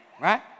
right